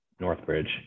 Northbridge